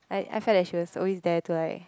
I I felt that she was always there to like